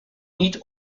niet